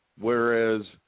whereas